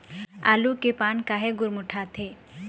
आलू के पान काहे गुरमुटाथे?